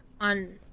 on